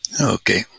Okay